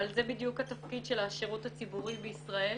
זה בדיוק התפקיד של השירות הציבורי בישראל,